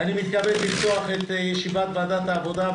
ואני מתכבד לפתוח את ישיבת ועדת העבודה,